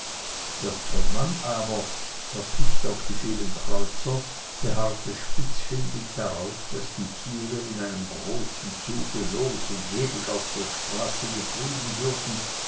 der zollmann aber erpicht auf die vielen kreuzer beharrte spitzfindig darauf daß die tiere in einem großen zuge los und ledig auf der straße getrieben würden